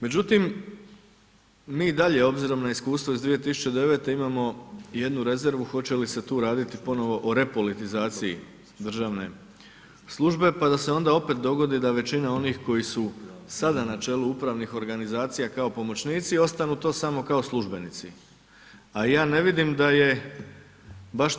Međutim, mi i dalje obzirom na iskustvo iz 2009.g. imamo jednu rezervu hoće li se tu raditi ponovo o repolitizaciji državne službe, pa da se onda opet dogodi da većina onih koji su sada na čelu upravnih organizacija kao pomoćnici, ostanu to samo kao službenici, a ja ne vidim da je